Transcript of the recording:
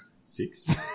six